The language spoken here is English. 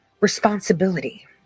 responsibility